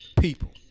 people